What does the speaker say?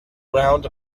round